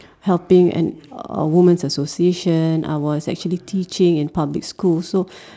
helping an a women association I was actually teaching in public schools so